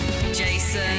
Jason